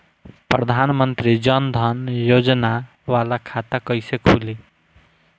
प्रधान मंत्री जन धन योजना वाला खाता कईसे खुली?